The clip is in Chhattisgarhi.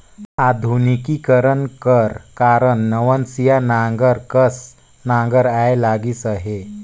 आधुनिकीकरन कर कारन नवनसिया नांगर कस नागर आए लगिस अहे